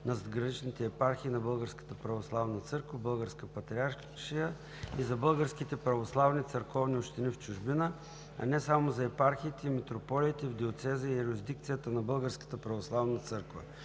задграничните епархии на Българската православна църква – Българска патриаршия, и за българските православни църковни общини в чужбина, а не само на епархиите и митрополиите в диоцеза и юрисдикцията на Българската православна църква;